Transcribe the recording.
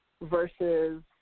versus